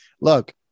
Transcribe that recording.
look